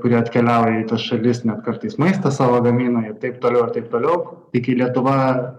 kurie atkeliauja į tas šalis net kartais maistą savo gamina ir taip toliau ir taip toliau tai kai lietuva